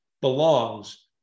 belongs